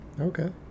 okay